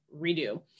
redo